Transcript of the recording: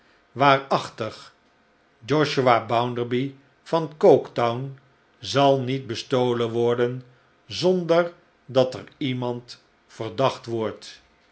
waarachtig josiah bounderby van coketown zal niet bestolen worden zonder dat er iemand verdacht werdt